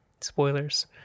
Spoilers